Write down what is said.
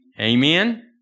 Amen